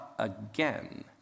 again